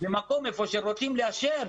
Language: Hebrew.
למקום שבו רוצים לאשר